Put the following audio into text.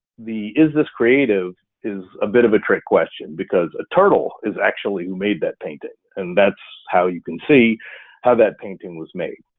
the is-this-creative is a bit of a trick question because a turtle is actually who made that painting. and that's how you can see how that painting was made.